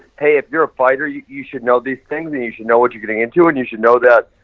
hey, if you're a fighter, you you should know these things and you should know what you're getting into. and you should know that,